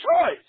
choice